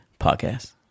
Podcast